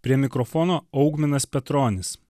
prie mikrofono augminas petronis